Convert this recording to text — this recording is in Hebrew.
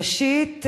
ראשית,